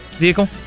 vehicle